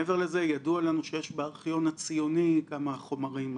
ידוע לנו שיש בארכיון הציוני גם חומרים רלוונטיים.